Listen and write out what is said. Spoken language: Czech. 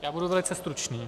Já budu velice stručný.